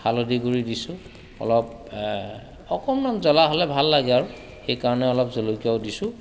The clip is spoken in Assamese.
হালধি গুড়ি দিছোঁ অলপ অকণমান জ্বলা হ'লে ভাল লাগে আৰু সেইকাৰণে অলপ জলকীয়াও দিছোঁ